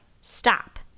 stop